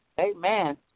Amen